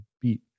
beat